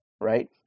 right